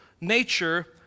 nature